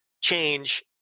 change